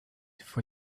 for